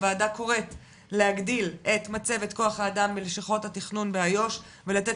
הוועדה קוראת להגדיל את מצבת כוח האדם בלשכות התכנון באיו"ש ולתת